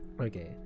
Okay